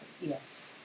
Yes